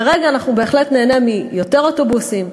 כרגע אנחנו בהחלט ניהנה מיותר אוטובוסים,